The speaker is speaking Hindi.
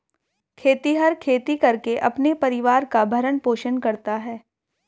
खेतिहर खेती करके अपने परिवार का भरण पोषण करता है